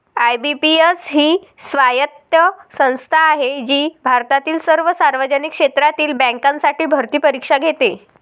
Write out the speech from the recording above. IBPS ही स्वायत्त संस्था आहे जी भारतातील सर्व सार्वजनिक क्षेत्रातील बँकांसाठी भरती परीक्षा घेते